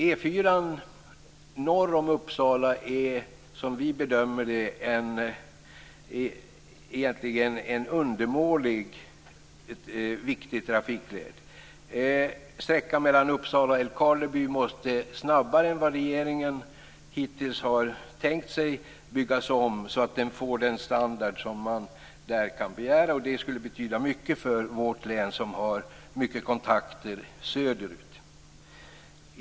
E 4:an norr om Uppsala är som vi bedömer det egentligen en undermålig viktig trafikled. Sträckan mellan Uppsala och Älvkarleby måste snabbare än vad regeringen hittills har tänkt sig byggas om så att den får den standard som man där kan begära. Det skulle betyda mycket för vårt län, som har mycket kontakter söderut.